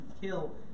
kill